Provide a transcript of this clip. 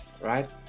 Right